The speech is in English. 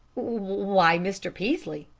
why, mr. peaslee,